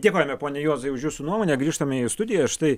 dėkojame pone juozai už jūsų nuomonę grįžtame į studiją štai